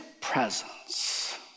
presence